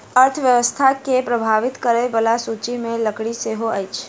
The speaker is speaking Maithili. अर्थव्यवस्था के प्रभावित करय बला सूचि मे लकड़ी सेहो अछि